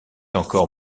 encore